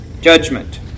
judgment